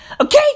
okay